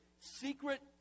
secret